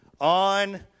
on